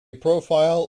profile